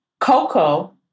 Coco